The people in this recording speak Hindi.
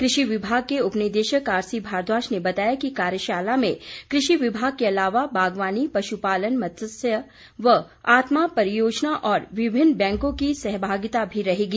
कृषि विमाग के उपनिदेशक आरसी भारद्वाज ने बताया कि कार्यशाला में कृषि विभाग के अलावा बागवानी पशु पालन मत्स्य व आत्मा परियोजना और विभिन्न बैंकों की सहभागिता भी रहेगी